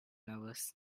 nervous